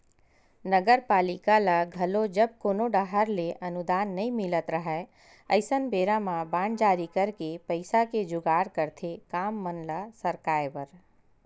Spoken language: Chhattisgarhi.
नगरपालिका ल घलो जब कोनो डाहर ले अनुदान नई मिलत राहय अइसन बेरा म बांड जारी करके पइसा के जुगाड़ करथे काम मन ल सरकाय बर